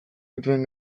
dituen